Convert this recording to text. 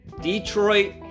Detroit